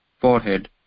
forehead